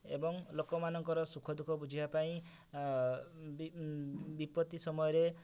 ଏବଂ ଲୋକମାନଙ୍କର ସୁଖ ଦୁଃଖ ବୁଝିବା ପାଇଁ ବି ବିପତ୍ତି ସମୟରେ